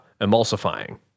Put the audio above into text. emulsifying